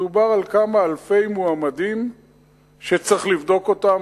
מדובר על כמה אלפי מועמדים שצריך לבדוק אותם,